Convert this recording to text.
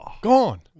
Gone